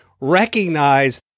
recognize